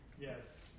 Yes